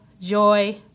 joy